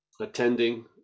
attending